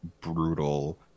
brutal